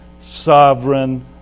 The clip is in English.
sovereign